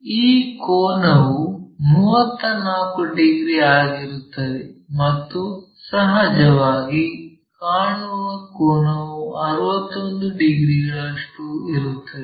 ಈ ಕೋನವು 34 ಡಿಗ್ರಿ ಆಗಿರುತ್ತದೆ ಮತ್ತು ಸಹಜವಾಗಿ ಕಾಣುವ ಕೋನವು 61 ಡಿಗ್ರಿಗಳಷ್ಟು ಇರುತ್ತದೆ